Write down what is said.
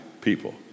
people